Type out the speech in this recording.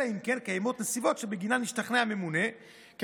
אלא אם כן קיימות נסיבות שבגינן השתכנע הממונה כי